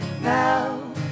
now